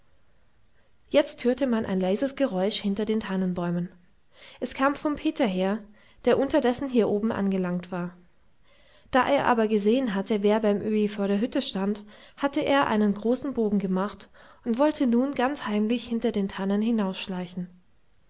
jetzt hörte man ein leises geräusch hinter den tannenbäumen es kam vom peter her der unterdessen hier oben angelangt war da er aber gesehen hatte wer beim öhi vor der hütte stand hatte er einen großen bogen gemacht und wollte nun ganz heimlich hinter den tannen